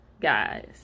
guys